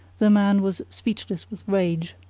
the man was speechless with rage.